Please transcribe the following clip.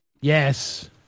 Yes